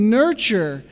nurture